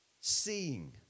seeing